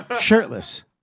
shirtless